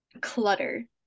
clutter